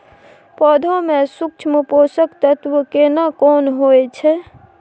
पौधा में सूक्ष्म पोषक तत्व केना कोन होय छै?